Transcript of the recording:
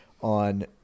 on